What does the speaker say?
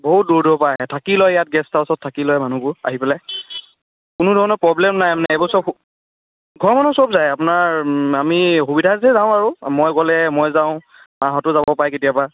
বহুত দূৰৰ দূৰৰপৰা আহে থাকি লয় ইয়াত গেষ্ট হাউচত থাকি লয় মানুহবোৰ আহি পেলাই কোনো ধৰণৰ প্ৰব্লেম নাই মানে এইবোৰ চব ঘৰৰ মানুহ চব যায় আপোনাৰ আমি সুবিধা যাওঁ আৰু মই গ'লে মই যাওঁ মাহঁতো যাব পাৰে কেতিয়াবা